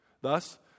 Thus